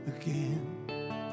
again